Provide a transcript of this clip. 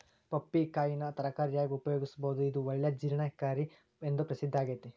ಪಪ್ಪಾಯಿ ಕಾಯಿನ ತರಕಾರಿಯಾಗಿ ಉಪಯೋಗಿಸಬೋದು, ಇದು ಒಳ್ಳೆ ಜೇರ್ಣಕಾರಿ ಎಂದು ಪ್ರಸಿದ್ದಾಗೇತಿ